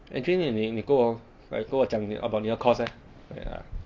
actually 你你你跟我 like 跟我讲你 about your course eh ya